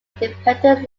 independent